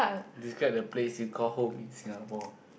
describe the place you call home in Singapore